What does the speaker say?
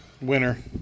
Winner